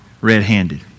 red-handed